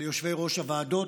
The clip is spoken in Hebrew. ליושבי-ראש הוועדות,